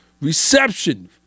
Reception